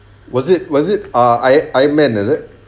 was it was it ah iron iron men is it